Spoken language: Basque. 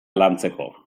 lantzeko